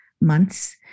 months